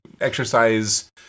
exercise